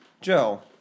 Joe